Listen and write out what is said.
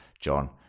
John